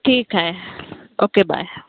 ठीक आहे okay bye